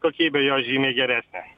kokybė jos žymiai geresnė